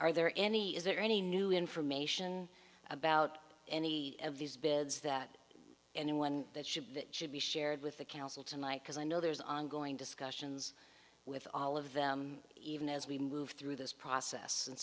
are there any is there any new information about any of these beds that anyone that should be shared with the counsel tonight because i know there's ongoing discussions with all of them even as we move through this process and